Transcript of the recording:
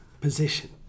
position